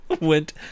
went